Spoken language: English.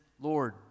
lord